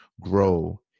grow